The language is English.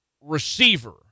receiver